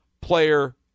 Player